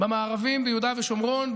במארבים ביהודה ושומרון,